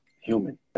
human